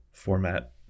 format